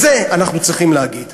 את זה אנחנו צריכים להגיד.